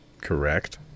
Correct